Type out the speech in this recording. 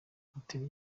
hoteli